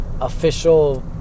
official